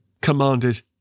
commanded